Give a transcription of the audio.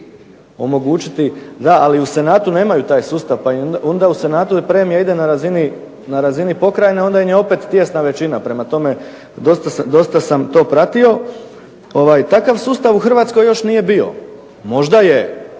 Da, ali u Senatu nemaju taj sustav pa onda u Senatu premija ide na razini pokrajine, onda im je opet tijesna većina. Prema tome, dosta sam to pratio. Takav sustav u Hrvatskoj još nije bio. Možda je